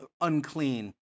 unclean